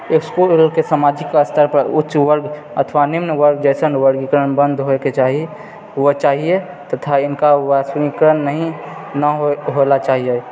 इसकुलके सामाजिक स्तर पर उच्च वर्ग अथवा निम्न वर्ग जेहन वर्गीकरण बन्द होइके चाही चाहिए तथा इनका वैश्वीकरण नहि ने होलऽ चाहियै